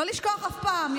לא לשכוח אף פעם.